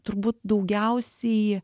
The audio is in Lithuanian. turbūt daugiausiai